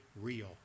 real